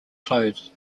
close